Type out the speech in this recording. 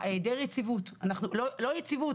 העדר היציבות - לא יציבות,